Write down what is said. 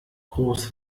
groß